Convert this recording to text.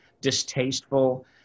distasteful